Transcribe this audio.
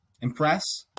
impress